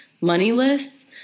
moneyless